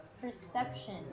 perception